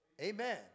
Amen